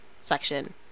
section